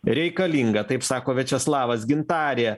reikalingą taip sako večeslavas gintarė